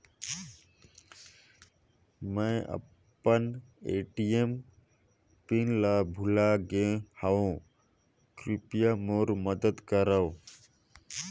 मैं अपन ATM PIN ल भुला गे हवों, कृपया मोर मदद करव